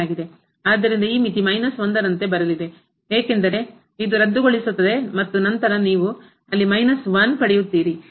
ಆದ್ದರಿಂದ ಈ ಮಿತಿ ರಂತೆ ಬರಲಿದೆ ಏಕೆಂದರೆ ಇದು ರದ್ದುಗೊಳ್ಳುತ್ತದೆ ಮತ್ತು ನಂತರ ನೀವು ಅಲ್ಲಿ ಪಡೆಯುತ್ತೀರಿ